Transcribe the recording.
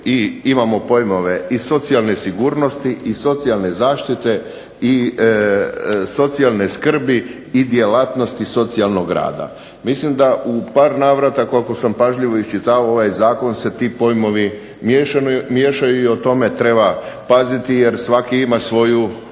Imamo pojmove i socijalne sigurnosti i socijalne zaštite i socijalne skrbi i djelatnosti socijalnog rada. Mislim da u par navrata koliko sam pažljivo iščitavao ovaj zakon se ti pojmovi miješaju i o tome treba paziti jer svaki ima svoju